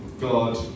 God